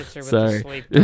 Sorry